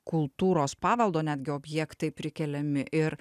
kultūros paveldo netgi objektai prikeliami ir